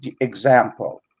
example